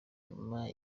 nyuma